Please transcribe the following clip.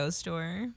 store